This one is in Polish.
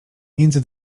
między